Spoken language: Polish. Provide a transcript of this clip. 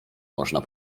można